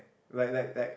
like like like